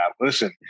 Listen